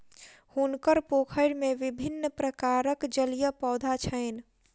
हुनकर पोखैर में विभिन्न प्रकारक जलीय पौधा छैन